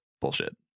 bullshit